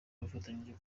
bafatanyije